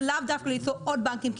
ולאו דווקא ליצור עוד בנקים.